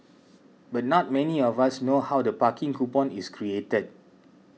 but not many of us know how the parking coupon is created